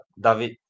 David